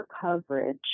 coverage –